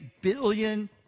billion